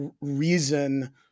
reason